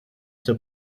der